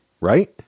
Right